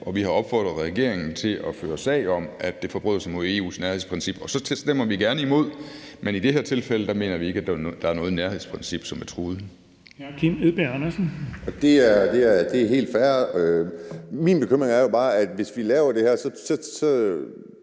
og vi har opfordret regeringen til at føre sag om det, når de forbrød sig mod EU's nærhedsprincip. I de tilfælde stemmer vi gerne imod, men her mener vi ikke, at der er noget nærhedsprincip, som er truet.